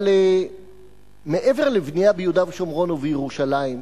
אבל מעבר לבנייה ביהודה ושומרון ובירושלים,